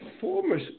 former